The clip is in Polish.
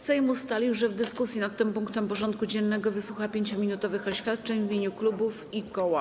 Sejm ustalił, że w dyskusji nad tym punktem porządku dziennego wysłucha 5-minutowych oświadczeń w imieniu klubów i koła.